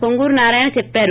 వొంగూరు నారాయణ చెప్పారు